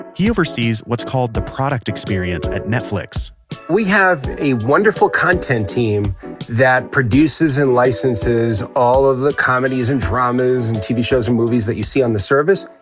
he oversees what's called the product experience at netflix we have a wonderful content team that produces and licenses all of the comedies, and dramas, and tv shows, and movies that you see on the service.